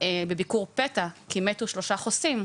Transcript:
בביקור פתע, כי מתו שלושה חוסים,